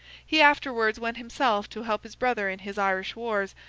he afterwards went himself to help his brother in his irish wars,